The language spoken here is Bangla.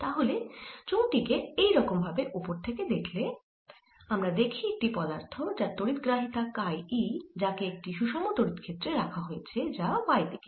তাহলে চোঙ টি কে এই রকম ভাবে ওপর থেকে দেখলে আমরা দেখি একটি পদার্থ যার তড়িৎ গ্রাহিতা কাই e যাকে একটি সুষম তড়িৎ ক্ষেত্রে রাখা হয়েছে যা y দিকে